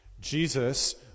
Jesus